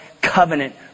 covenant